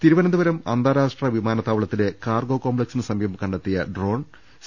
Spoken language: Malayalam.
തിരുവനന്തപുരം അന്താരാഷ്ട്ര വിമാനത്താവളത്തിലെ കാർഗോ കോംപ്ലക്സിന് സമീപം കണ്ടെത്തിയ ഡ്രോൺ സി